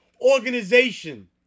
organization